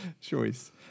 Choice